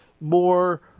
more